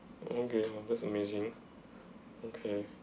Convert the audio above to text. okay oh that's amazing okay